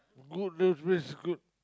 good those place good